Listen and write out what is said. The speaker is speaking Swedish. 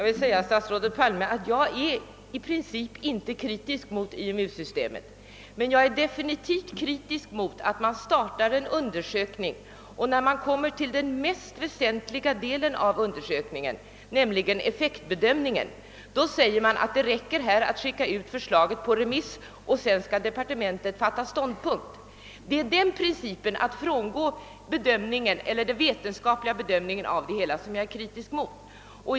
Herr talman! I princip är jag inte kritisk mot IMU-systemet, herr Palme. Men jag är definitivt kritisk mot att man startar en undersökning och sedan, när man kommer till dess mest väsentliga del, nämligen effektbedömningen, förklarar att det räcker att skicka ut förslaget på remiss. Sedan skall departementet ta ståndpunkt. Det är principen att bortse från den vetenskapliga bedömningen av systemet som jag är kritisk mot.